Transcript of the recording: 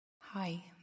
Hi